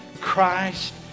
Christ